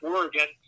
Oregon